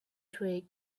twig